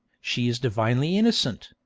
she is divinely innocent,